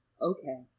Okay